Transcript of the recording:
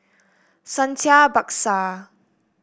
Santha Bhaskar